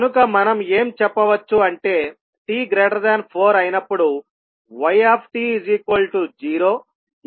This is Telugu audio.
కనుక మనం ఏం చెప్పవచ్చు అంటే t4అయినప్పుడు yt0